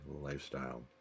lifestyle